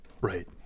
Right